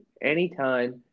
Anytime